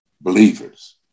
believers